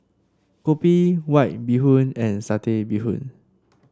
kopi White Bee Hoon and Satay Bee Hoon